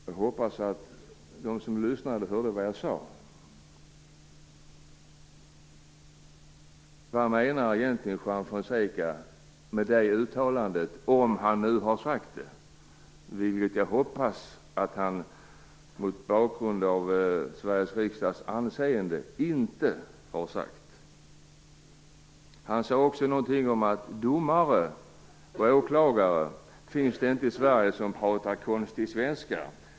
Jag hoppas att de som lyssnade hörde vad jag sade. Vad menar egentligen Juan Fonseca med det uttalandet, om han nu har sagt det? Med tanke på Sveriges riksdags anseende hoppas jag att han inte har sagt det. Han sade också någonting om att det inte finns domare och åklagare i Sverige som pratar konstig svenska.